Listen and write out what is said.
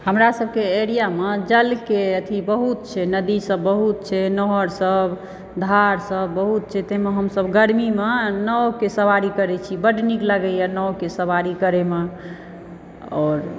हमरा सबके एरिया मे जल के अथी बहुत छै नदी सब बहुत छै नहर सब धार सब बहुत छै तै मे हमसब गरमी मे नाव के सवारी करै छी बड्ड नीक लागै यऽ नाव के सवारी करैमे आओर